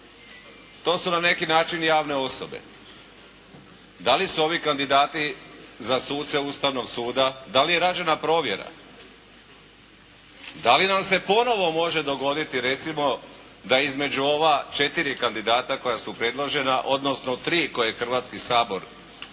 To su na neki način javne osobe. Da li su ovi kandidati za suce Ustavnog suda, da li je rađena provjera, da li nam se ponovo može dogoditi, recimo da između ova 4 kandidata koja su predložena, odnosno 3 kojeg Hrvatski sabor danas